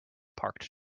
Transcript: parked